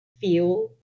feel